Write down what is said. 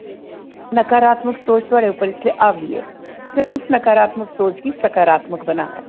नकारात्मक सोच थोआढ़े उप्पर इसलै हावी ऐ तुसें उस नकाराताम्क सोच गी सकारात्मक बनाना ऐ